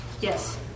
Yes